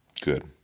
Good